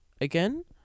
again